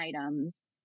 items